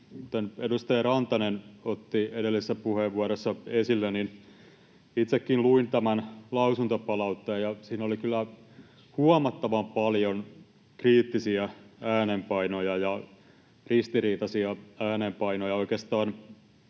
edustaja Rantanen otti edellisessä puheenvuorossa esille tämän lausuntopalautteen, itsekin luin sen, ja siinä oli kyllä huomattavan paljon kriittisiä äänenpainoja ja ristiriitaisia äänenpainoja